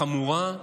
חמורה,